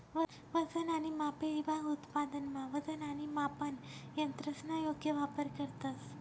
वजन आणि मापे ईभाग उत्पादनमा वजन आणि मापन यंत्रसना योग्य वापर करतंस